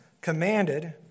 commanded